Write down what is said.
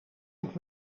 ook